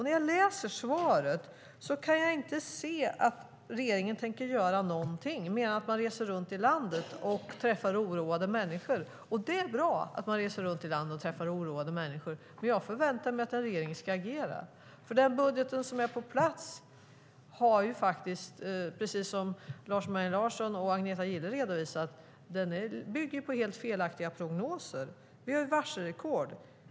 När jag läser svaret kan jag inte se att regeringen tänker göra någonting, mer än att man reser runt i landet och träffar oroade människor. Det är bra att man reser runt i landet och träffar oroade människor, men jag förväntar mig att regeringen ska agera. Den budget som är på plats bygger ju, precis som Lars Mejern Larsson och Agneta Gille har redovisat, på helt felaktiga prognoser. Vi har varselrekord.